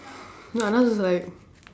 no was like